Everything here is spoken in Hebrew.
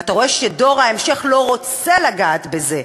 ואתה רואה שדור ההמשך לא רוצה לגעת בזה.